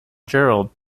gerald